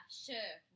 sure